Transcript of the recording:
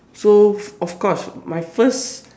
so of course my first